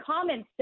comments